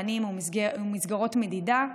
מענים ומסגרות מדידה,